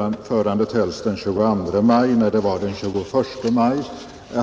anförandet hölls den 22 maj, när det var den 21 maj.